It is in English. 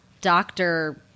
doctor